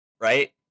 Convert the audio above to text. right